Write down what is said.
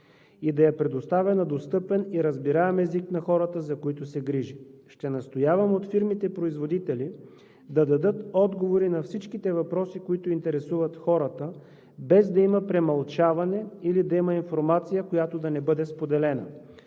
и да я предоставя на достъпен и разбираем език на хората, за които се грижи. Ще настоявам от фирмите-производители да дадат отговори на всичките въпроси, които интересуват хората, без да има премълчаване или да има информация, която да не бъде споделена.